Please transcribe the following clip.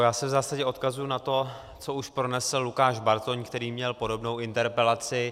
Já se v zásadě odkazuji na to, co už pronesl Lukáš Bartoň, který měl podobnou interpelaci.